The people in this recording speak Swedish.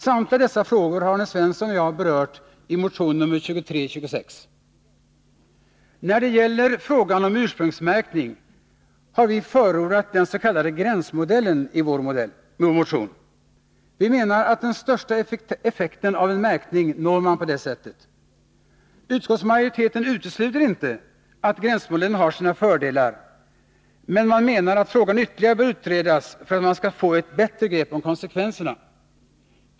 Samtliga dessa frågor har Arne Svensson och jag berört i motion nr 2326. När det gäller frågan om ursprungsmärkning har vi förordat den s.k. gränsmodellen i vår motion. Vi menar att den största effekten av en märkning når man på det sättet. Utskottsmajoriteten utesluter inte att gränsmodellen har sina fördelar, men man menar att frågan ytterligare bör utredas för att man skall få ett bättre grepp om konsekvenserna.